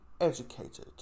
educated